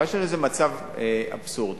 אבל ישנו מצב אבסורדי,